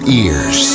ears